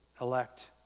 Elect